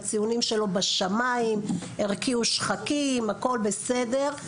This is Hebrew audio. הציונים שלו בשמיים הרקיעו שחקים הכל בסדר,